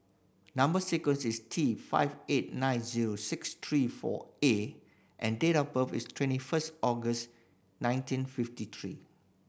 number sequence is T five eight nine zero six three four A and date of birth is twenty first August nineteen fifty three